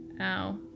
Ow